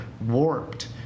warped